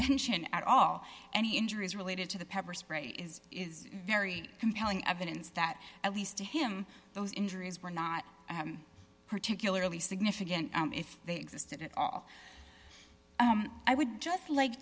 mention at all any injuries related to the pepper spray is is very compelling evidence that at least to him those injuries were not particularly significant if they existed at all i would just like